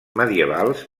medievals